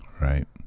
Right